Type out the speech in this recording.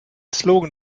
slogan